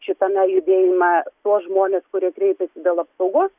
šitame judėjime tuos žmones kurie kreipiasi dėl apsaugos